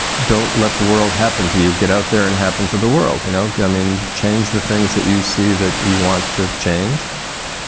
don't let the world happen to you. get out there and happen to the world. you and know, i mean, change the things that you see that you want to change.